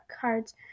cards